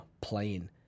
playing